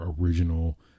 original